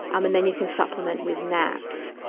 um and then you can supplement with naps.